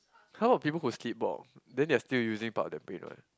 how about people who sleepwalk then they are still using part of their brain what